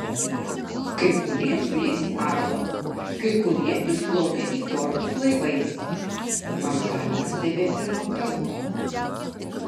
kai kurie su jais nardo kai kurie išplaukia į fjordus laivais nors galima stebėti ir nuo kranto